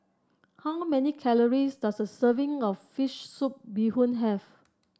how many calories does a serving of fish soup Bee Hoon have